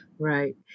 Right